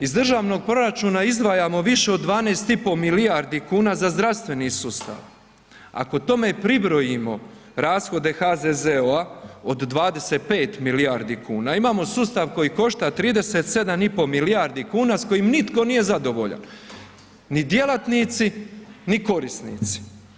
Iz državnog proračuna izdvajamo više od 12,5 milijarde kuna za zdravstveni sustav, ako tome pribrojimo rashode HZZO-a od 25 milijardi kuna, imamo sustav koji košta 37,5 milijardi kuna s kojim nitko nije zadovoljan, ni djelatnici, ni korisnici.